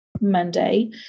Monday